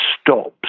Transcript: stops